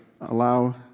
allow